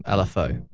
ah lfo.